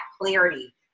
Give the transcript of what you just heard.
clarity